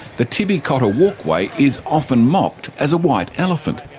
the tibby cotter walkway is often mocked as a white elephant,